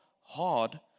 hard